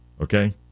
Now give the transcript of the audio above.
Okay